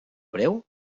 breu